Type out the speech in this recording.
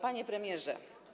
Panie Premierze!